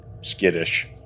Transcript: skittish